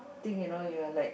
thing at all you're like